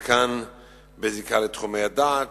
חלקן בזיקה לתחומי הדת